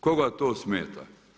Koga to smeta?